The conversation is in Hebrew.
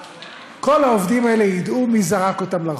כל העובדים האלה ידעו מי זרק אותם לרחוב.